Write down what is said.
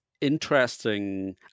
interesting